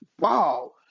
Wow